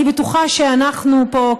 אני בטוחה שאנחנו פה,